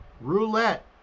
Roulette